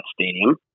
stadium